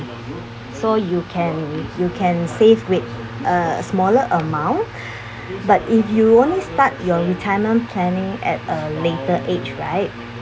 so you can you can save with a smaller amount but if you only start your retirement planning at a later age right